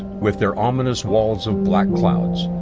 with their ominous walls of black clouds,